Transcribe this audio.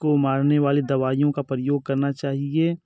को मारने वाली दवाइयों का प्रयोग करना चाहिए